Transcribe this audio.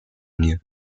nieve